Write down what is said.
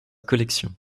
collection